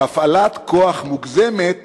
שהפעלת כוח מוגזמת